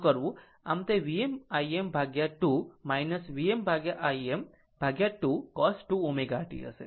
આમ તે Vm Im2 Vm Im2 cos 2 ω t હશે